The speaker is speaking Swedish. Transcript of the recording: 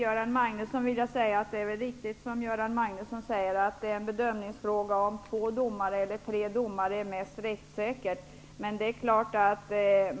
Fru talman! Det är riktigt som Göran Magnusson säger att det är en bedömingsfråga om man anser att två eller tre domare är mest rättssäkert.